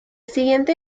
siguiente